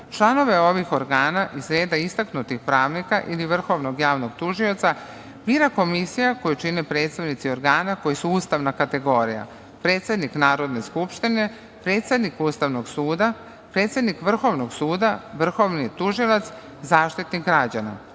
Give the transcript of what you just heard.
članove ovih organa iz reda istaknutih pravnika ili vrhovnog javnog tužioca bira komisija koju čine predstavnici organa koji su ustavna kategorija: predsednik Narodne skupštine, predsednik Ustavnog suda, predsednik Vrhovnog suda, vrhovni tužilac, Zaštitnik građana. Ovakav